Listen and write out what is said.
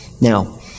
Now